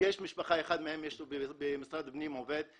יש משפחה אחת שיש מישהו במשרד הפנים עובד?